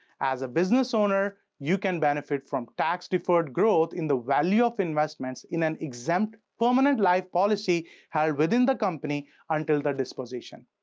as a business owner, you can benefit from tax-deferred growth in the value of investments in an exempt permanent life policy held within the company until disposition.